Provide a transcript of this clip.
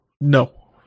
No